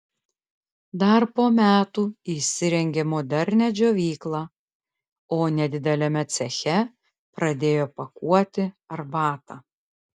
dar po metų įsirengė modernią džiovyklą o nedideliame ceche pradėjo pakuoti arbatą